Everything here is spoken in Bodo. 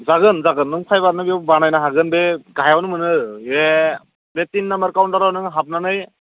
जागोन जागोन नों फैबानो बेयाव बानायनो हागोन बे गाहायावनो मोनो बे टिन नामबार काउन्टाराव नों हाबनानै